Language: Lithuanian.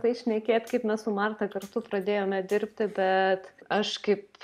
tai šnekėt kaip mes su marta kartu pradėjome dirbti bet aš kaip